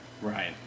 Right